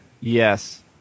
Yes